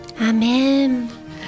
Amen